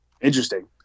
Interesting